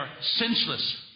senseless